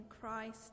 Christ